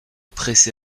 pressé